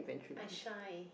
I shy